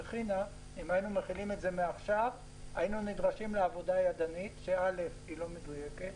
אם היינו מחילים זאת מעכשיו היינו נדרשים לעבודה ידנית שאינה מדויקת,